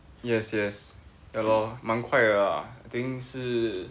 yes yes ya lor 蛮快的啊 I think 是